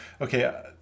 okay